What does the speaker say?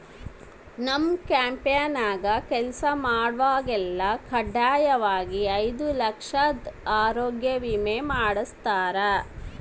ನಮ್ ಕಂಪೆನ್ಯಾಗ ಕೆಲ್ಸ ಮಾಡ್ವಾಗೆಲ್ಲ ಖಡ್ಡಾಯಾಗಿ ಐದು ಲಕ್ಷುದ್ ಆರೋಗ್ಯ ವಿಮೆ ಮಾಡುಸ್ತಾರ